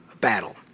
battle